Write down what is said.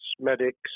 medics